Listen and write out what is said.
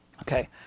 Okay